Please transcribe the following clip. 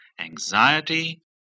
anxiety